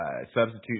substitute